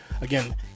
again